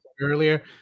earlier